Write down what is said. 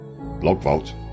BlogVault